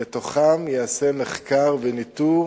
ובהם עשיית מחקר וניטור